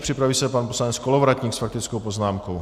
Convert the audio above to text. Připraví se pan poslanec Kolovratník s faktickou poznámkou.